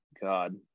God